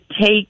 take